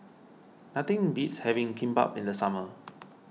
nothing beats having Kimbap in the summer